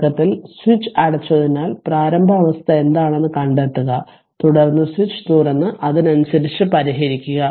തുടക്കത്തിൽ സ്വിച്ച് അടച്ചതിനാൽ പ്രാരംഭ അവസ്ഥ എന്താണെന്ന് കണ്ടെത്തുക തുടർന്ന് സ്വിച്ച് തുറന്ന് അതിനനുസരിച്ച് പരിഹരിക്കുക